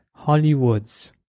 Hollywoods